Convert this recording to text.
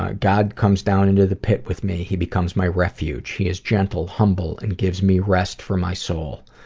ah god comes down into the pit with me. he becomes my refuge. he is gentle, humble, and gives me rest for my soul.